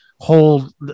Hold